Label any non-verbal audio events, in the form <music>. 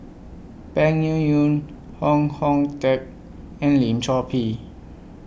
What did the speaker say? Peng Yuyun <unintelligible> Hong Teng and Lim Chor Pee